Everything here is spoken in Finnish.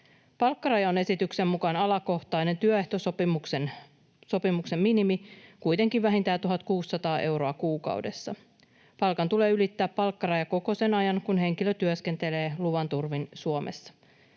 Palkkaraja on esityksen mukaan alakohtainen työehtosopimuksen minimi, kuitenkin vähintään 1 600 euroa kuukaudessa. Palkan tulee ylittää palkkaraja koko sen ajan, kun henkilö työskentelee luvan turvin Suomessa.